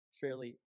fairly